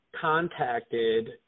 contacted